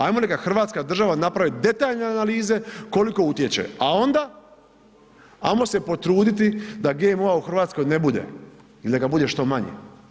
Ajmo neka hrvatska država napravi detaljne analize koliko utječe a onda ajmo se potruditi da GMO-a u Hrvatskoj ne bude i da ga bude što manje.